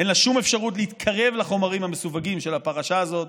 אין לה שום אפשרות להתקרב לחומרים המסווגים של הפרשה הזאת,